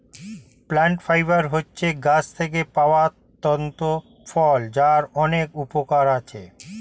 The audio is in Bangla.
প্লান্ট ফাইবার হচ্ছে গাছ থেকে পাওয়া তন্তু ফল যার অনেক উপকরণ আছে